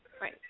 Right